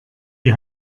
die